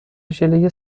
ژله